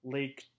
Lake